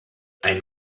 ein